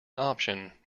option